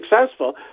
successful